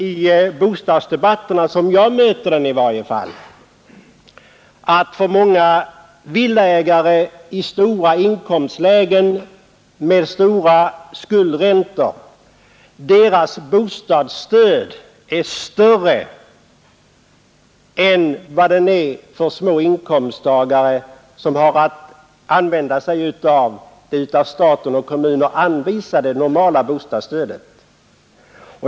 I bostadsdebatterna — som jag möter dem i varje fall — brukar det sägas att bostadsstödet är större för många villaägare i höga inkomstlägen och med stora skuldräntor än för små inkomsttagare som har att använda sig av det av staten och kommunerna anvisade normala bostadsstödet.